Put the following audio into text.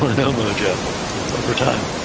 um and mojo over time